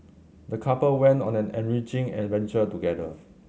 the couple went on an enriching adventure together